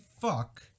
fuck